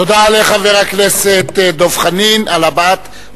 תודה לחבר הכנסת דב חנין על הבעת,